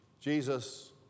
Jesus